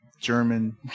German